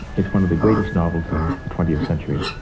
it's one of the greatest novels of the twentieth century,